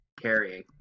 carrying